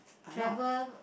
travel